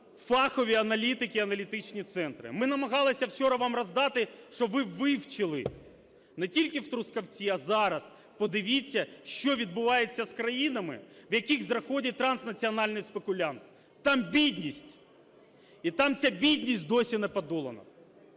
фахові аналітики і аналітичні центри. Ми намагалися вчора вам роздати, щоб ви вивчили не тільки в Трускавці, а зараз, подивіться, що відбувається з країнами, в які заходить транснаціональний спекулянт. Там бідність, і там ця бідність досі не подолана.